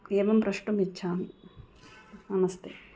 एवं प्रष्टुम् इच्छामि नमस्ते